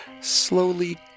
slowly